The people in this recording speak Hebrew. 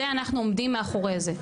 זה אנחנו עומדים מאחורי זה?